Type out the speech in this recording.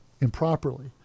improperly